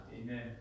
Amen